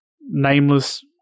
nameless